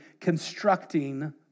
constructing